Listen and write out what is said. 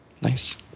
nice